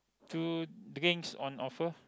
two drinks on offer